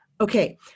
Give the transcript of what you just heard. Okay